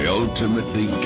ultimately